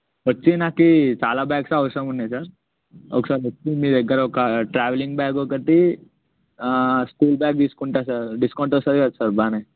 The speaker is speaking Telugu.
వచ్చి నాకు చాలా బ్యాగ్స్ అవసరమున్నాయి సార్ ఒకసారి వచ్చి మీదగ్గరొక ట్రావెలింగ్ బ్యాగ్ ఒక్కటీ స్కూల్ బ్యాగ్ తీసుకుంటా సార్ డిస్కౌంట్ వస్తుంది కదా సార్ బాగానే